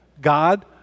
God